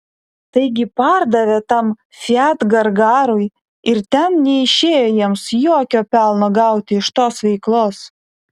taigi pardavė tam fiat gargarui ir ten neišėjo jiems jokio pelno gauti iš tos veiklos